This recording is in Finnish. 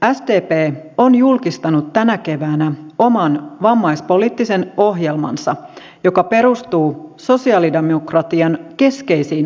sdp on julkistanut tänä keväänä oman vammaispoliittisen ohjelmansa joka perustuu sosialidemokratian keskeisiin arvoihin